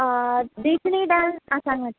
देखणी डांस आं सांगात